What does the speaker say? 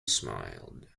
smiled